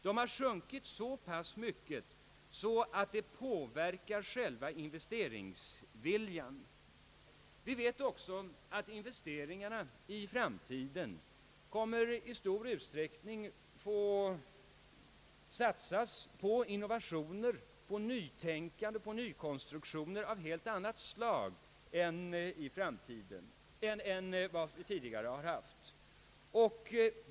Den har minskat så pass mycket att själva investeringsviljan påverkas. Vi vet också att investeringarna i framtiden i stor utsträckning kommer att få satsas på innovationer och nykonstruktioner av helt annat slag än som förekommit tidigare.